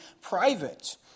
private